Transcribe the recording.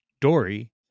Dory